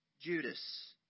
Judas